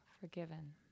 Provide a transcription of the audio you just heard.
forgiven